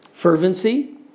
Fervency